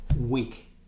week